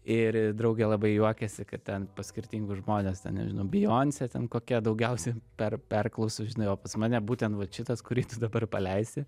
ir draugė labai juokėsi kad ten pas skirtingus žmones ten nežinau beyonce ten kokia daugiausia per perklausų žinai o pas mane būtent vat šitas kurį tu dabar paleisi